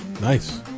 Nice